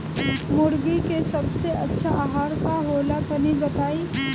मुर्गी के सबसे अच्छा आहार का होला तनी बताई?